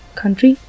country